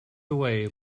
away